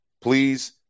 please